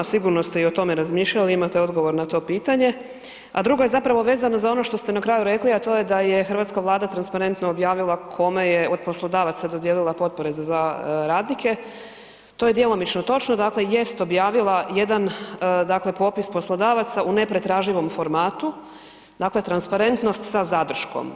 Sigurno ste i o tome razmišljali, imate odgovor na to pitanje a drugo je zapravo vezano za ono što ste na kraju rekli, a to je da je hrvatska Vlada transparentno objavila kome je od poslodavaca dodijelila potpore za radnike, to je djelomično točno, dakle jest objavila jedan dakle popis poslodavaca u nepretraživom formatu, dakle transparentnost sa zadrškom.